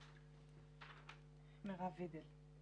רשות הדיבור למירב וידל.